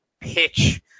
pitch